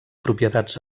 propietats